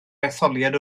etholiad